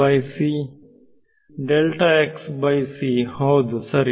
ವಿದ್ಯಾರ್ಥಿ ಹೌದು ಸರಿ